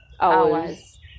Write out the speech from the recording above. hours